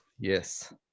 yes